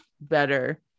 better